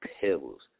Pebbles